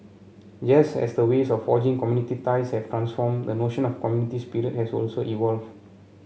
just as the ways of forging community ties have transformed the notion of community spirit has also evolve